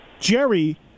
Jerry